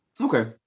Okay